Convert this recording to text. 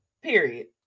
period